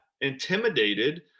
intimidated